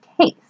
case